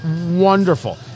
wonderful